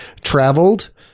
traveled